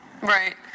Right